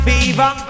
Fever